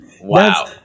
Wow